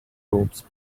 robes